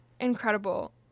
incredible